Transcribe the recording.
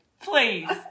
please